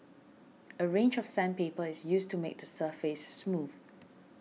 a range of sandpaper is used to make the surface smooth